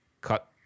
Cut